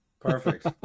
Perfect